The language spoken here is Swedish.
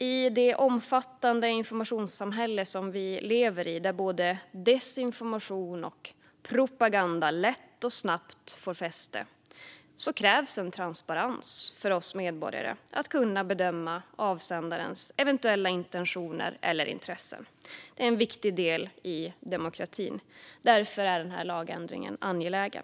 I det omfattande informationssamhälle som vi lever i, där både desinformation och propaganda lätt och snabbt får fäste, krävs en transparens för oss medborgare för att kunna bedöma avsändarens eventuella intentioner eller intressen. Det är en viktig del i demokratin. Därför är denna lagändring angelägen.